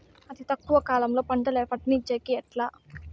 అతి తక్కువ కాలంలో పంటలు పండించేకి ఎట్లా?